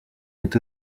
est